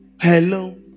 Hello